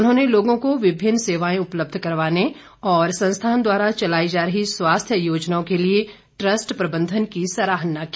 उन्होंने लोगों को विभिन्न सेवाएं उपलब्ध करवाने और संस्थान द्वारा चलाई जा रही स्वास्थ्य योजनाओं के लिए ट्रस्ट प्रबंधन की सराहना की